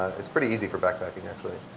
it's pretty easy for backpacking, actually.